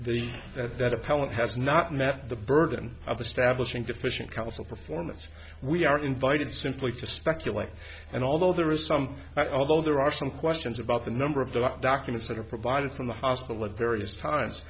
the that that appellant has not met the burden of establishing deficient counsel performance we are invited simply to speculate and although there are some that although there are some questions about the number of the documents that are provided from the hospital at various times